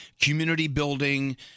community-building